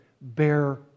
bear